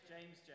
James